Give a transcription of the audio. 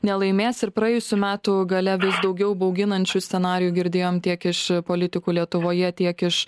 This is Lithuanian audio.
nelaimės ir praėjusių metų gale vis daugiau bauginančių scenarijų girdėjom tiek iš politikų lietuvoje tiek iš